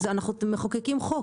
אנחנו מחוקקים חוק.